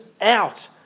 out